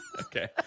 Okay